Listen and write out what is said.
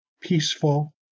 peaceful